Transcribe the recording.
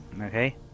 Okay